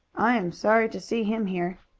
i am sorry to see him here.